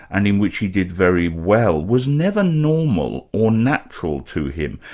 and in which he did very well, was never normal or natural to him.